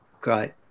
Great